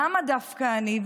למה דווקא אני?